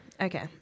Okay